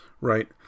right